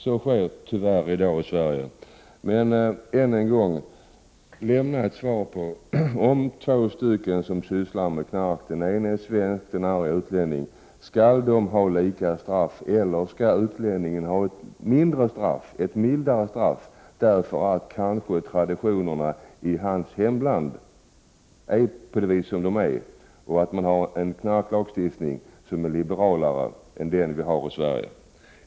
Så sker tyvärr i dag i Sverige. Än en gång: lämna ett svar huruvida två personer som sysslar med knark — den ene är svensk och den andre är utlänning — skall ha lika straff, eller skall utlänningen ha ett mildare straff, därför att traditionerna i hemlandet är som de är, dvs. man har en narkotikalagstiftning som är liberalare än den vi har i Sverige.